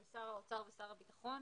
של שר האוצר ושר הביטחון,